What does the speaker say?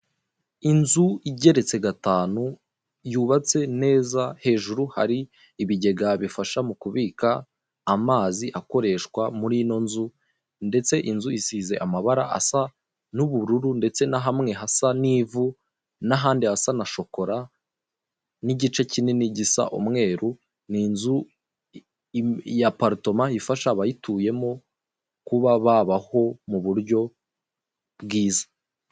inzu igeretse gatanu yubatse neza hejuru hari ibigega bifasha mu kubika amazi akoreshwa muri ino nzu ndetse inzu isize amabara asa n'ubururu ndetse nahamwe hasa n'ivu n'ahandi hasa na shokora n'igice kinini gisa umweru. ni inzu ya paritoma ifasha abayituyemo kuba babaho mu buryo bwiza